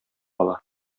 ала